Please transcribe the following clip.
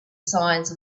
signs